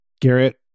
Garrett